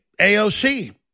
AOC